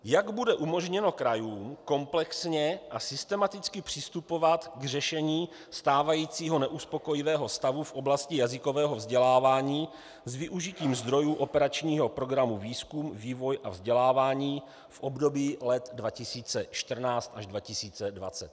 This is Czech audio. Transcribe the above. Jak bude umožněno krajům komplexně a systematicky přistupovat k řešení stávajícího neuspokojivého stavu v oblasti jazykového vzdělávání s využitím zdrojů operačního programu Výzkum, vývoj a vzdělávání v období let 2014 až 2020.